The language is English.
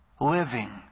Living